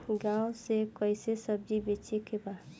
गांव से कैसे सब्जी बेचे के बा?